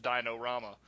Dino-Rama